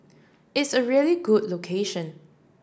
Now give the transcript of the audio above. it's a really good location